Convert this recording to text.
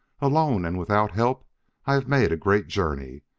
alone and without help i have made a great journey,